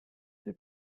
dei